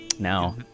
now